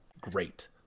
great